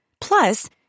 Plus